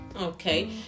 Okay